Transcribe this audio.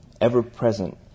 ever-present